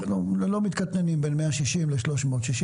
אנחנו לא מתקטננים בין 160 ל-360.